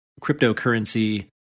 cryptocurrency